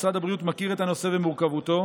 משרד הבריאות מכיר את הנושא ומורכבותו.